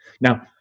Now